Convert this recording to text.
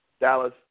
Dallas